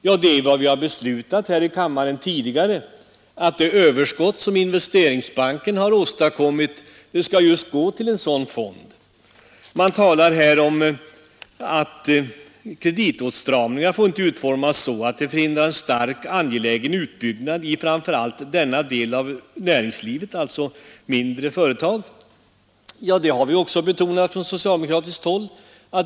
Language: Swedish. Ja, det är vad vi har beslutat här i kammaren tidigare, att det överskott som Investeringsbanken har åstadkommit skall gå till just en sådan fond. Man talar här om att kreditåtstramningen inte får utformas så att den förhindrar starkt angelägen utbyggnad inom de mindre företagen. Ja, det har vi också betonat från socialdemokratiskt håll.